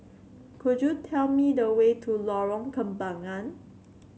could you tell me the way to Lorong Kembangan